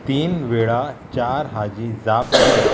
तीन वेळा चार हाजी जाप किदें